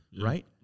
Right